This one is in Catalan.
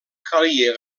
calia